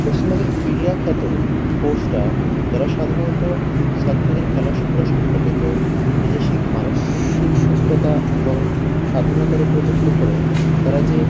পশ্চিমবঙ্গের কেরিয়ার খ্যাত কোর্সটা ওরা সাধারণত ছাত্রদের খেলাধুলা সম্পর্কিত নিজস্ব মানসিক সুস্থতা এবং সাধারণতার ওপর লক্ষ্য করে তারা যে